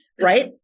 right